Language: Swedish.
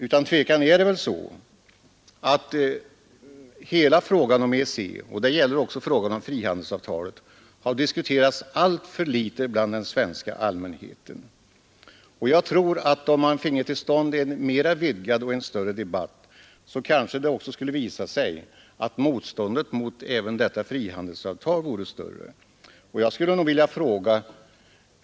Utan tvivel har hela frågan om EEC — och det gäller också frågan om frihandelsavtalet — diskuterats alltför litet bland den svenska allmänheten, och jag tror att om man finge till stånd en mera vidgad debatt kanske det skulle visa sig att motståndet vore större även mot frihandelsavtalet.